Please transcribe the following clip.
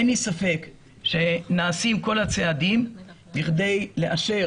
אין לי ספק שנעשים כל הצעדים בכדי לאשר